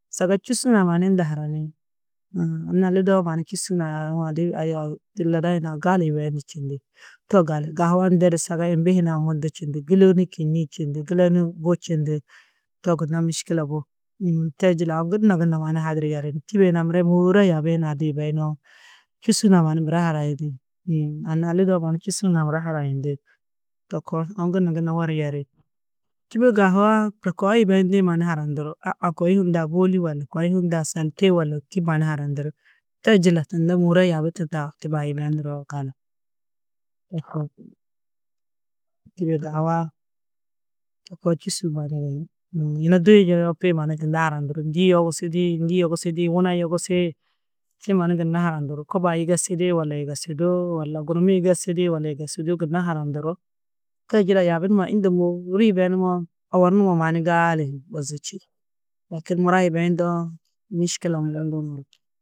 Saga čûsu hunã mannu unda hananiĩ. Uũ Anna-ã lidoo mannu čûsu hunã aũ adi ladai hunã gali yibeyini čindi to gali. Gahua ndedu saga mbî hunã mundu čindi, gîloni kînnii čindi, gîloni bu čindi, to gunna miškila bu. Te jiladu aũ gunna gunna mannu haduru yeri. Tîbe hunã mire môoore yaabi hunã du yibeyinoo čûsu hunã mannu mire hanayini anna-ã lidoo mannu čûsu mura hanayindi to koo aũ gunna gunna wor yeri. Tîbe gahuaa-ã ndu koo yibeyindi mannu hanandurú. A a kôi hundã bôli walla, kôi hundã saltê walla ndû mannu hanandurú te jiladu tunda môore yaabi tundaã tîbe-ã yibenduroo gali to koo. Tîbe gahuaa-ã to koo čûsu mannu gunú yunu duyi njenoo, kuĩ mannu tunna hanandurú. Ndî yogusidi, ndî yogusidi, wuna yogusi te mannu gunna hanandurú. Kuba yigesidi walla yigesidú, walla gurimmi yigesidi walla yigesidú gunna hanandurú. Te jiladu yaabi numa unda môoori yibenuwo owor numa mannu gaali bozu čî lakîn mura yibeyindoo miškile.